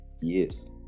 yes